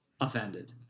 offended